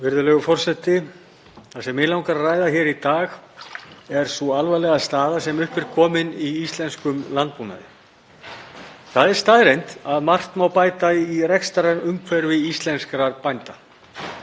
Virðulegur forseti. Það sem mig langar að ræða hér í dag er sú alvarlega staða sem upp er komin í íslenskum landbúnaði. Það er staðreynd að margt má bæta í rekstrarumhverfi íslenskra bænda.